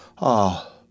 Ah